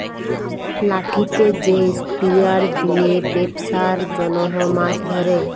লাঠিতে যে স্পিয়ার দিয়ে বেপসার জনহ মাছ ধরে